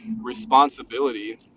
responsibility